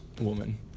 woman